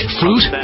fruit